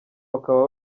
bakaba